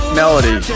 melody